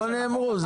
לא נאמרו,